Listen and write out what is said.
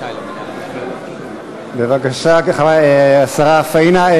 בבקשה, השרה פאינה.